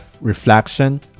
reflection